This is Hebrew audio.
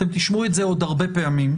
ותשמעו את זה עוד הרבה פעמים,